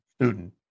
student